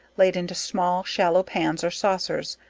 laid into small shallow pans or saucers,